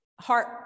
heart